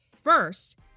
First